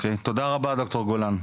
תודה רבה ד"ר גולן.